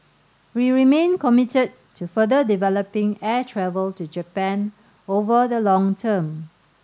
we remain committed to further developing air travel to Japan over the long term